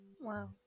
wow